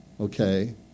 Okay